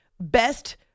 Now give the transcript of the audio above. Best